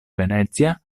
venezia